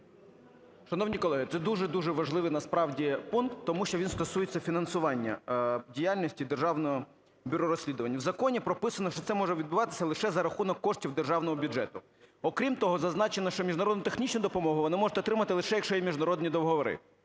Шановні колеги, це дуже-дуже важливий насправді пункт тому, що він стосується фінансування діяльності Державного бюро розслідувань. В законі прописано, що це може відбуватися лише за рахунок коштів державного бюджету. Окрім того, зазначено, що міжнародну технічну допомогу вони можуть отримувати, лише якщо є міжнародні договори.